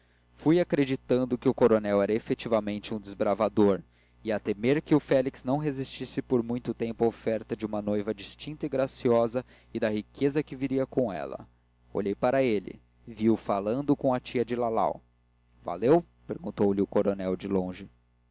fui acreditando que o coronel era efetivamente um desbravador e a temer que o félix não resistisse por muito tempo à oferta de uma noiva distinta e graciosa e da riqueza que viria com ela olhei para ele vi-o falando com a tia de lalau valeu perguntou-lhe o coronel de longe